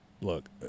look